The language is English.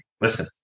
listen